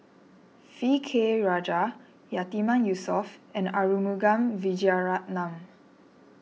V K Rajah Yatiman Yusof and Arumugam Vijiaratnam